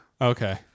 Okay